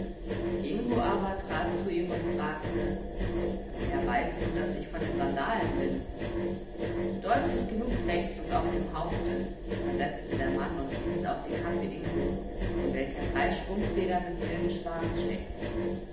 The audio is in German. ingo aber trat zu ihm und fragte woher weißt du daß ich von den vandalen bin deutlich genug trägst du's auf dem haupte versetzte der mann und wies auf die kappe ingos in welcher drei schwungfedern des wilden schwans steckten